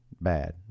bad